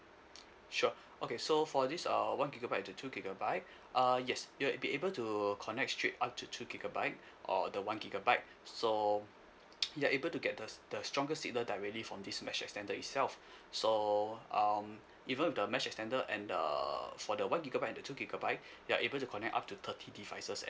sure okay so for this uh one gigabyte and the two gigabyte uh yes you'll be able to connect straight up to two gigabyte or the one gigabyte so you're able to get the the strongest signal directly from this mesh extender itself so um even with the mesh extender and err for the one gigabyte and the two gigabyte you're able to connect up to thirty devices